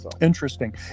Interesting